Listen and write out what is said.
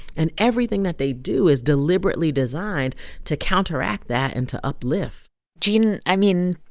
and everything that they do is deliberately designed to counteract that and to uplift gene, i mean,